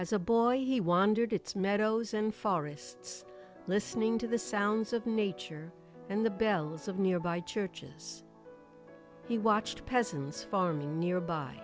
as a boy he wandered its meadows and forests listening to the sounds of nature and the bells of nearby churches he watched peasants farming nearby